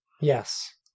Yes